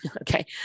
Okay